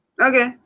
Okay